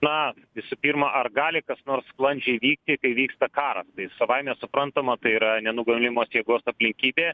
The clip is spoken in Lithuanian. na visų pirma ar gali kas nors sklandžiai vykti kai vyksta karas tai savaime suprantama tai yra nenugalimos jėgos aplinkybė